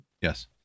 Yes